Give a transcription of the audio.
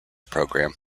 program